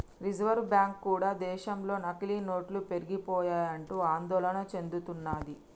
reserve bank కూడా దేశంలో నకిలీ నోట్లు పెరిగిపోయాయంటూ ఆందోళన చెందుతున్నది